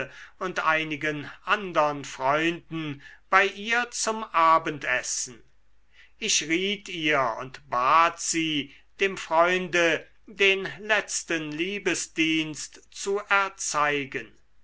und einigen andern freunden bei ihr zum abendessen ich riet ihr und bat sie dem freunde den letzten liebesdienst zu erzeigen